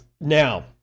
Now